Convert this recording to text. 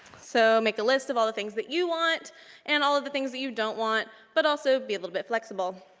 so make a list of all the things that you want and all of the things that you don't want, but also be a little bit flexible.